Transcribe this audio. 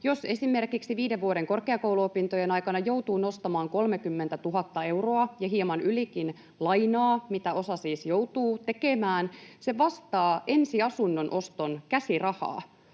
Jos esimerkiksi viiden vuoden korkeakouluopintojen aikana joutuu nostamaan 30 000 euroa ja hieman ylikin lainaa, minkä osa siis joutuu tekemään, se vastaa ensiasunnon oston käsirahaa.